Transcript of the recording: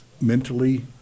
mentally